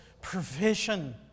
provision